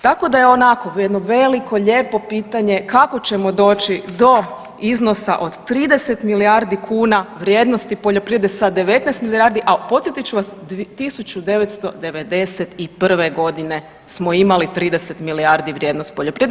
Tako je onako jedno veliko lijepo pitanje kako ćemo doći do iznosa od 30 milijardi kuna vrijednosti poljoprivrede sa 19 milijardi, al podsjetit ću vas 1991. godine smo imali 30 milijardi vrijednost poljoprivrede.